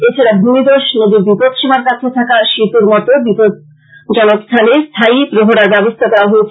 এছাড়া ভূমিধূস নদীর বিপন সীমার কাছে থাকা সেতুর মতো বিপদ জনক স্থানে প্রহরার ব্যবস্থা করা হয়েছে